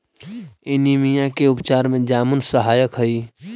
anaemia के उपचार में जामुन सहायक हई